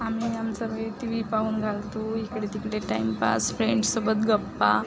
आम्ही आमचा वेळ टी वी पाहून घालतो इकडे तिकडे टाईमपास फ्रेंड्ससोबत गप्पा